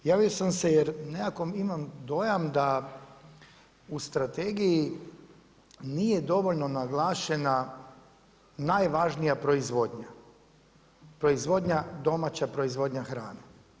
Javio sam se jer nekako imam dojam da u strategiji nije dovoljno naglašena najvažnija proizvodnja, domaća proizvodnja hrane.